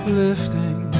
lifting